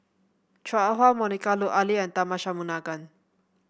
Chua Ah Huwa Monica Lut Ali and Tharman Shanmugaratnam